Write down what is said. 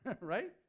right